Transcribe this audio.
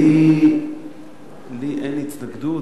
לי אין התנגדות.